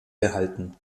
behalten